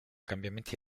cambiamenti